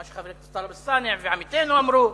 מה שחבר הכנסת טלב אלסאנע ועמיתינו אמרו.